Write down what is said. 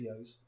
videos